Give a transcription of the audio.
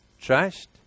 trust